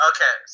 Okay